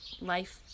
life